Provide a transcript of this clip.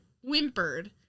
whimpered